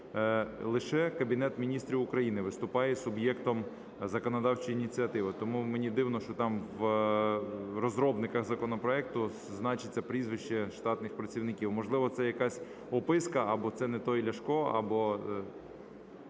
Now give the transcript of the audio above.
лише Кабінет Міністрів України виступає суб'єктом законодавчої ініціативи. Тому мені дивно, що там в розробниках законопроекту значиться прізвище штатних працівників, можливо, це якась описка або це не той Ляшко, або…